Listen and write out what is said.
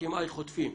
שצועקים איי, חוטפים.